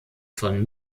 von